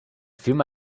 fiume